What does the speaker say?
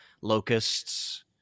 locusts